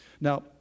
Now